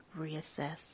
reassess